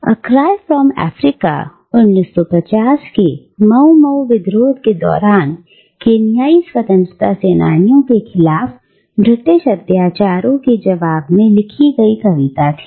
A cry from Africa" 1950 Mau Mau विद्रोह के दौरान केन्याई स्वतंत्रता सेनानियों के खिलाफ ब्रिटिश अत्याचारों की खबर के जवाब में लिखी गई थी